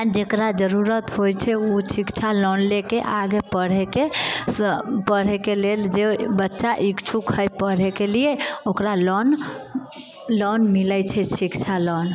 जेकरा जरूरत होइत छै ओ शिक्षा लोन लेके आगे पढ़एके पढ़एके लेल जे बच्चा इच्छुक है पढ़एके लिए ओकरा लोन लोन मिलैत छै शिक्षा लोन